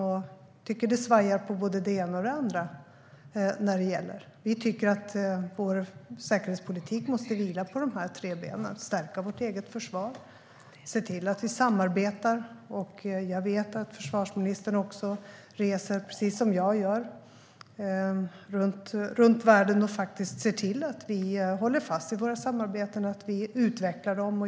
Jag tycker att det är svajigt om både det ena och det andra när det gäller. Vi tycker att vår säkerhetspolitik måste vila på de här tre benen. Två av dem är att stärka vårt eget försvar och att samarbeta. Jag vet att försvarsministern precis som jag reser runt i världen och ser till att vi håller fast vid våra samarbeten och utvecklar dem.